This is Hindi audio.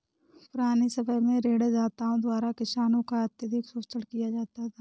पुराने समय में ऋणदाताओं द्वारा किसानों का अत्यधिक शोषण किया जाता था